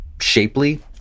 shapely